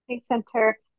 Center